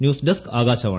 news desk Akashvani